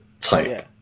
type